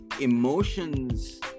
emotions